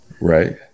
right